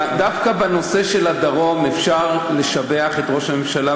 דווקא בנושא של הדרום אפשר לשבח את ראש הממשלה.